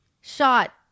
shot